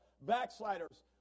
backsliders